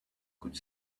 could